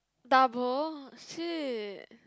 double see